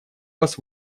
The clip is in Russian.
вас